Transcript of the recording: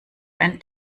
ein